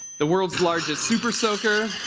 the world's largest super soaker